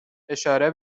اشاره